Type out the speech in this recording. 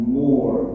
more